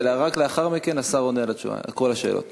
ורק לאחר מכן השר עונה על כל השאלות.